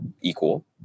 equal